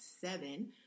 seven